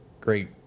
great